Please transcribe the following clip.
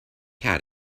hat